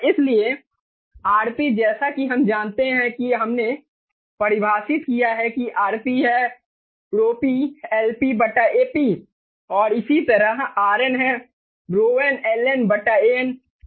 इसलिए RP जैसा कि हम जानते हैं कि हमने परिभाषित किया है कि RP है ρP LPAP और इसी तरह RN है ρN LN AN स्पष्ट है